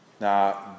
Now